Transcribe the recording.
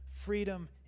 freedom